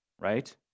right